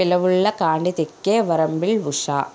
పిలవుళ్ల కాణితిక్కే వరంబిల్ ఉషా